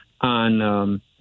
on